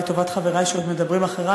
לטובת חברי שעוד מדברים אחרי,